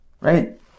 Right